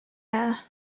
air